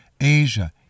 Asia